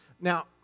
Now